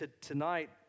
tonight